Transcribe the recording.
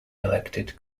elected